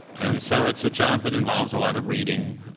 and so it's a job that involves a lot of reading,